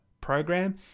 program